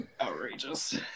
Outrageous